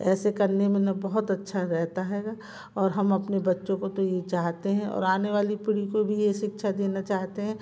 ऐसे करने में ना बहुत अच्छा रेहता हैगा और हम अपने बच्चों को तो ये चाहते हैं और आने वाली पीढ़ी को भी ये शिक्षा देना चाहते हैं